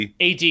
ad